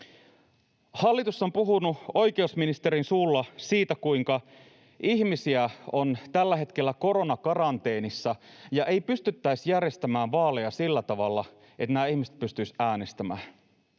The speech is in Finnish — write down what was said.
Hallitus on puhunut oikeusministerin suulla siitä, kuinka ihmisiä on tällä hetkellä koronakaranteenissa ja ei pystyttäisi järjestämään vaaleja sillä tavalla, että nämä ihmiset pystyisivät äänestämään.